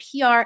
PR